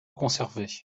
conservé